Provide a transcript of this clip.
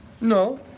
no